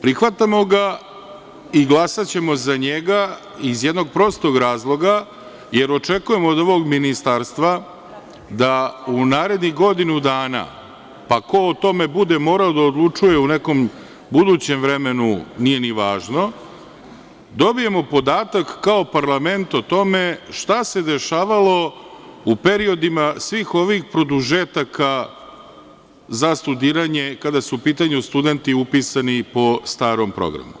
Prihvatamo ga i glasaćemo za njega iz jednog prostog razloga, jer očekujemo od ovog Ministarstva da u narednih godinu dana, pa ko o tome bude morao da odlučuje u nekom budućem vremenu, nije ni važno, dobijemo podatak kao parlament o tome šta se dešavalo u periodima svih produžetaka za studiranje kada su u pitanju studenti upisani po starom programu.